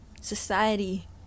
Society